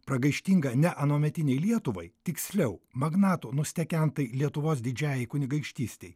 pragaištinga ne anuometinei lietuvai tiksliau magnato nustekentai lietuvos didžiajai kunigaikštystei